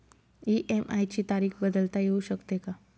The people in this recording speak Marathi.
इ.एम.आय ची तारीख बदलता येऊ शकते का?